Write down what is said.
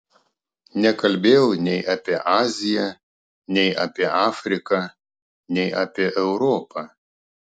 nekalbėjau nei apie aziją nei apie afriką nei apie europą